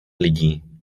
lidí